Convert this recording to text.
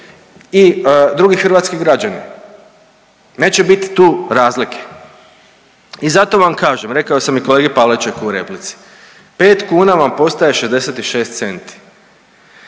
i drugi hrvatski građani. Neće biti tu razlike. I zato vam kažem, rekao sam i kolegi Pavličeku u replici, 5 kuna vam postaje 66 centi.